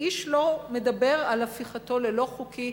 ואיש לא מדבר על הפיכתו ללא-חוקי.